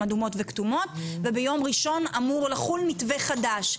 אדומות וכתומות וביום ראשון אמור לחול מתווה חדש.